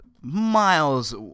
miles